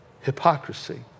Hypocrisy